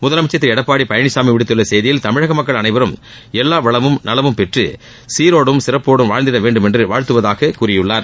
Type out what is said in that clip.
முதலமைச்சர் திரு எடப்பாடி பழனிசாமி விடுத்துள்ள செய்தியில் தமிழக மக்கள் அனைவரும் எல்லா வளமும் நலமும் பெற்று சீரோடும் சிறப்போடும் வாழ்ந்திட வேண்டுமென்று வாழ்த்துவதாக கூறியுள்ளார்